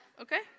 okay